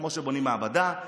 כמו שבונים מעבדה,